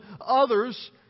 Others